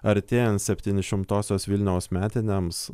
artėjant septynišimtosios vilniaus metinėms